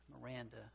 Miranda